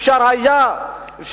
אפשר היה לתת